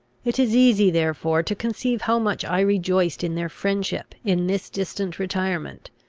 it is easy therefore to conceive how much i rejoiced in their friendship, in this distant retirement,